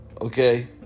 Okay